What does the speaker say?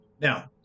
Now